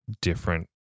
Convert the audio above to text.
different